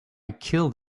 killed